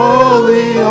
Holy